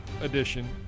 Edition